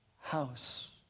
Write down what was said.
house